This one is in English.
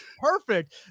perfect